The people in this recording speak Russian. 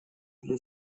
для